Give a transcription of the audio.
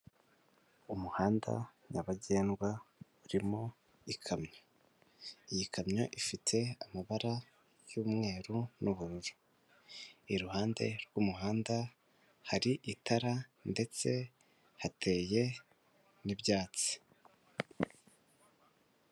Umuhanda nyabagendwa urimo ikamyo. Iyi kamyo ifite amabara y'umweru n'ubururu. Iruhande rw'umuhanda, hari itara, ndetse, hateye, n'ibyatsi.